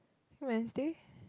Wednesday